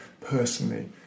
personally